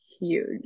huge